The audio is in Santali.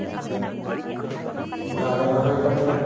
ᱫᱟᱨᱮ ᱨᱚᱦᱚᱭ ᱠᱟᱛᱮ